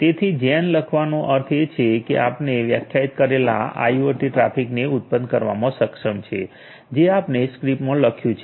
તેથી જેન લખવાનો અર્થ એ છે કે આપણે વ્યાખ્યાયિત કરેલા આઇઓટી ટ્રાફિકને ઉત્પન્ન કરવામાં સક્ષમ છે જે આપણે સ્ક્રિપ્ટમાં લખ્યું છે